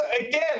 again